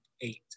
eight